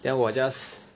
then 我 just